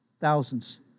thousands